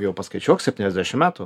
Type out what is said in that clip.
jau paskaičiuok septyniasdešim metų